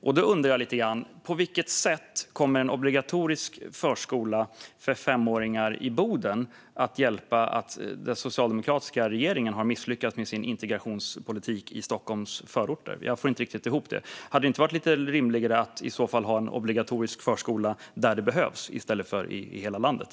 Jag undrar: På vilket sätt kommer en obligatorisk förskola för femåringar i Boden att hjälpa upp att den socialdemokratiska regeringen har misslyckats med sin integrationspolitik i Stockholms förorter? Jag får inte riktigt ihop det. Hade det i så fall inte varit rimligare att ha en obligatorisk förskola där det behövs i stället för i hela landet?